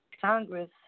Congress